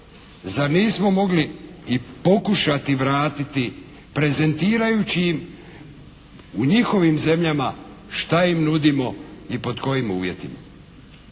zar nismo mogli i pokušati vratiti prezentirajući im u njihovim zemljama šta im nudimo i pod kojim uvjetima.